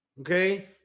Okay